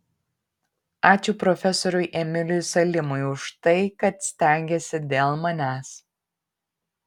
ačiū profesoriui emiliui salimui už tai kad stengėsi dėl manęs